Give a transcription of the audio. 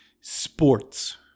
sports